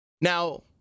Now